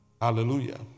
Hallelujah